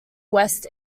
west